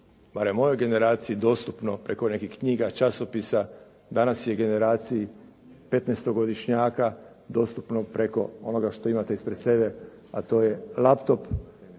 barem mojoj generaciji dostupno preko nekih knjiga, časopisa danas je generaciji petnaestogodišnjaka dostupno preko onoga što imate ispred sebe, a to je laptop.